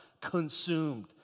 consumed